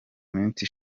minsi